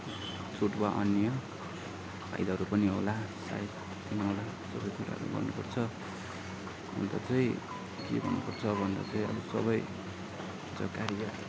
छुट वा अन्य फाइदाहरू पनि होला सायद सबै कुराहरू गर्नुपर्छ अन्त चाहिँ के गर्नुपर्छ भन्दा चाहिँ अब सबै